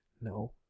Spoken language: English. No